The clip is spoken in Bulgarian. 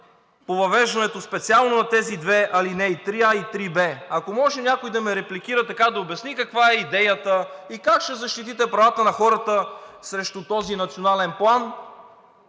по въвеждането специално на тези две алинеи – 3а и 3б? Ако може, някой да ме репликира, да обясни каква е идеята и как ще защитите правата на хората срещу този национален план.